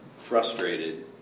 frustrated